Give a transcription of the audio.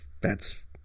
thats